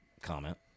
comment